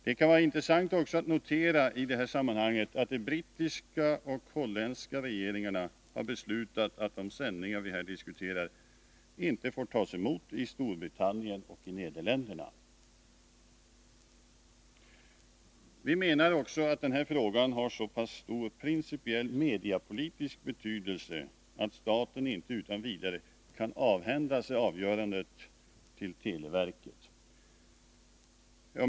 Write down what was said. Det kan också vara intressant att notera att de brittiska och holländska regeringarna har beslutat att de sändningar som vi här diskuterar inte får tas emot i Storbritannien och Nederländerna. Vi menar också att den här frågan har så pass stor principiell mediepolitisk betydelse att staten inte utan vidare kan avhända sig avgörandet till televerket.